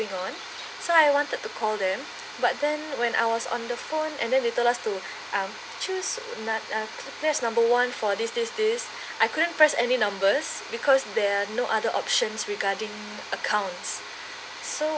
on so I wanted to call them but then when I was on the phone and then they told us to um choose press number one for this this this I couldn't press any numbers because there are no other options regarding accounts so